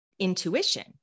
Intuition